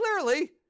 clearly